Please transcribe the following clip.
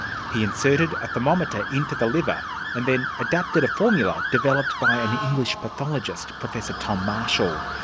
he inserted a thermometer into the liver and then adapted a formula developed by an english pathologist professor tom marshall.